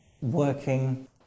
working